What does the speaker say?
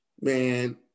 man